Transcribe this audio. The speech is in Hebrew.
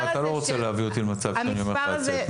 אתה לא רוצה להביא אותי למצב שאני אומר לך לצאת,